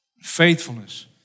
faithfulness